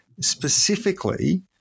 specifically